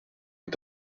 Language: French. est